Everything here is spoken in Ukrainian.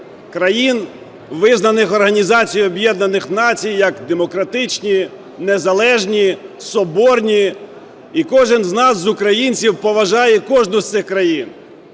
країни, визнаних Організацією Об'єднаних Націй як демократичні, незалежні, соборні, і кожний з нас, з українців, поважає кожну з цих країн.